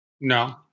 No